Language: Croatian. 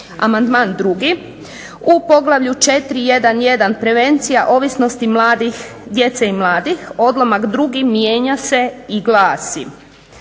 Amandman 2., u Poglavlju 4.1.1. – Prevencija ovisnosti djece i mladih, odlomak 2. mijenja se i glasi,